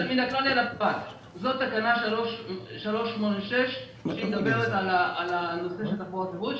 תקנה 386 מדברת על הנושא של תחבורה ציבורית,